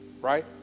right